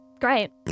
Great